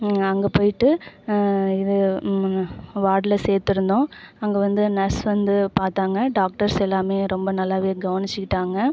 அங்கே போய்விட்டு இரு வார்டில் சேர்த்துருந்தோம் அங்கே வந்து நர்ஸ் வந்து பார்த்தாங்க டாக்டர்ஸ் எல்லாமே ரொம்ப நல்லாவே கவனித்துக்கிட்டாங்க